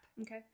Okay